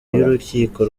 y’urukiko